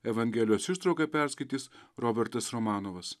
evangelijos ištrauką perskaitys robertas romanovas